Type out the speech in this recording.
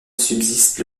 subsiste